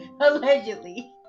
Allegedly